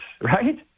right